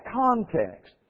context